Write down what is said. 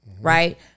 right